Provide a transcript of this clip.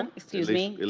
and excuse me.